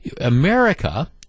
America